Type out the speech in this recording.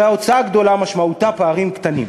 הרי הוצאה גדולה משמעותה פערים קטנים,